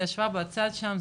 ישבה בצד שם,